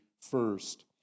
first